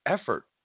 effort